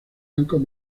bancos